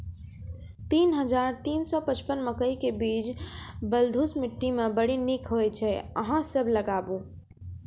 तीन हज़ार तीन सौ पचपन मकई के बीज बलधुस मिट्टी मे बड़ी निक होई छै अहाँ सब लगाबु?